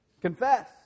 Confess